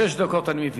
שש דקות, אני מבין.